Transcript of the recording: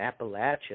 Appalachia